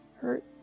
hurt